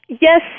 yes